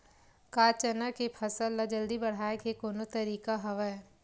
का चना के फसल ल जल्दी बढ़ाये के कोनो तरीका हवय?